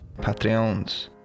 Patreons